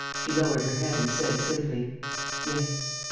she lowered her head and said, simply yes.